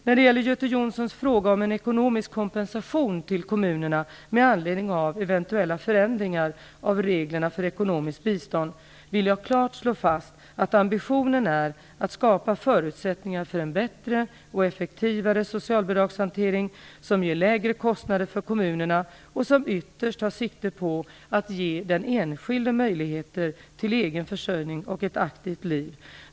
När det gäller Göte Jonssons fråga om en ekonomisk kompensation till kommunerna med anledning av eventuella förändringar av reglerna för ekonomiskt bistånd vill jag klart slå fast att ambitionen är att skapa förutsättningar för en bättre och effektivare socialbidragshantering, som ger lägre kostnader för kommunerna och som ytterst tar sikte på att ge den enskilde möjligheter till egen försörjning och ett aktivt liv.